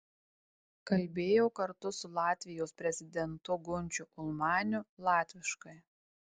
kalbėjau kartu su latvijos prezidentu gunčiu ulmaniu latviškai